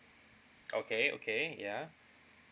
okay okay yeah